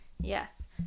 Yes